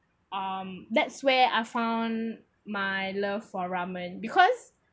um that's where I found my love for ramen because